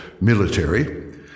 military